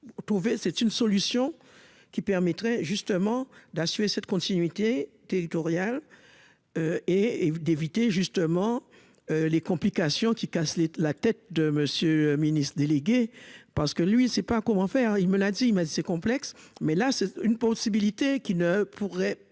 c'est une solution qui permettrait justement d'assurer cette continuité territoriale et et d'éviter justement les complications qui casse la tête de Monsieur le Ministre délégué parce que lui il sait pas comment faire, il me l'a dit, il m'a dit c'est complexe, mais là c'est une possibilité qui ne pourrait pas